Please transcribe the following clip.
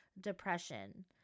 Depression